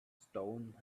stone